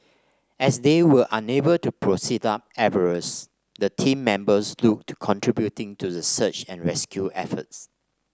as they were unable to proceed up Everest the team members looked to contributing to the search and rescue efforts